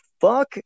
fuck